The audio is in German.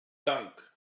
dank